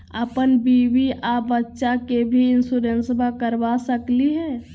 अपन बीबी आ बच्चा के भी इंसोरेंसबा करा सकली हय?